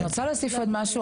אני רוצה להוסיף משהו.